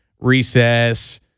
Recess